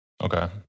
Okay